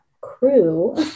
crew